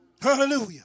Hallelujah